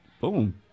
Boom